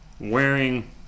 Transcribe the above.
wearing